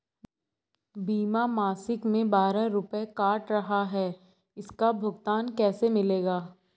बीमा मासिक में बारह रुपय काट रहा है इसका भुगतान कैसे मिलेगा?